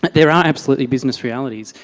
but there are absolutely business realities,